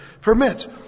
permits